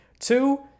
Two